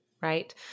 right